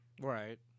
Right